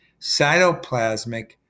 cytoplasmic